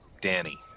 Danny